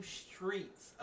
streets